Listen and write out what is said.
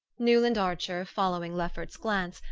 newland archer, following lefferts's glance,